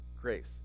grace